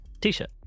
t-shirt